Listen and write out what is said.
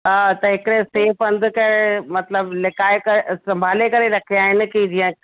हा त हिकिड़े असीं बंदि करे मतिलब लिकाए करे संभाले करे रखिया आहिनि की जीअं